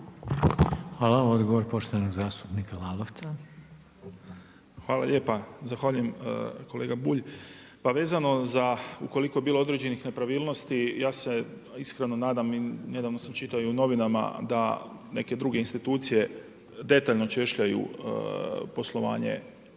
Hvala. Odgovor poštovanog zastupnika Lalovca. **Lalovac, Boris (SDP)** Hvala lijepa. Zahvaljujem kolega Bulj. Pa vezano za, ukoliko je bilo određenih nepravilnosti ja se iskreno nadam i nedavno sam čitao i u novinama da neke druge institucije detaljno češljaju poslovanje Agrokora